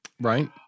Right